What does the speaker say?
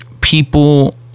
People